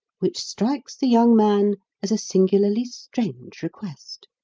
which strikes the young man as a singularly strange request.